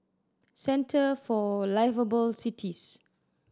Centre for Liveable Cities